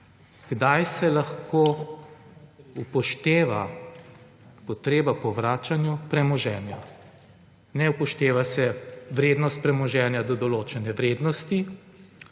kdaj se lahko upošteva potreba po vračanju premoženja. Ne upošteva se vrednost premoženja do določene vrednosti.